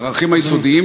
הערכים היסודיים,